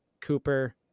Cooper